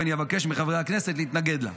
ואני אבקש מחברי הכנסת להתנגד לה.